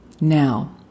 Now